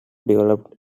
developed